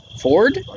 Ford